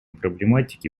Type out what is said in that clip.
проблематики